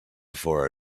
for